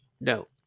no